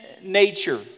nature